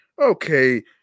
Okay